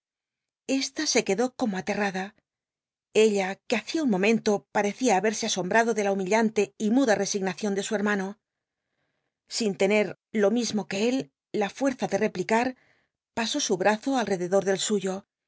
esta se ljucdó como aterrada ella que hacia un momento parecía haberse asombrado de la huru illonlc y muda rcsignaeion de su hermano sin tener lo mismo que él la fuerza de replic lr pasó su brazo al rededor del suyo